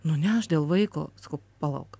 nu ne aš dėl vaiko sakau palauk